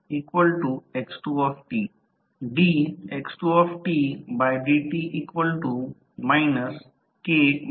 तर आपण काय लिहू शकतो